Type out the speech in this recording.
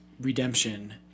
redemption